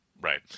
right